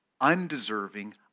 undeserving